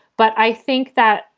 but i think that,